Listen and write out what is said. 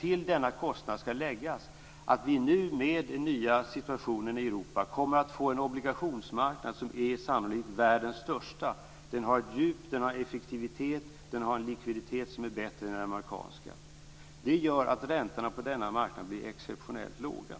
Till denna kostnad skall läggas att vi nu, i och med den nya situationen i Europa, kommer att få en obligationsmarknad som sannolikt är världens största. Den har djup, den har effektivitet, och den har en likviditet som är bättre än den amerikanska. Det gör att räntorna på denna marknad blir exceptionellt låga.